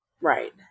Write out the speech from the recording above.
Right